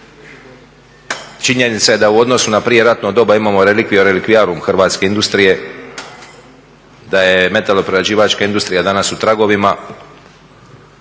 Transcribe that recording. Činjenica je da u odnosu na prije ratno doba imao reliquiae reliquiarum hrvatske industrije, da je metaloprerađivačka industrija da je